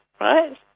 right